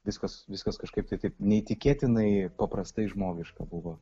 viskas viskas kažkaip tai taip neįtikėtinai paprastai žmogiška buvo